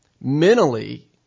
mentally